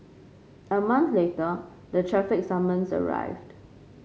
a month later the traffic summons arrived